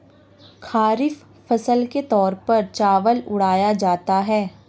खरीफ फसल के तौर पर चावल उड़ाया जाता है